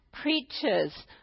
preachers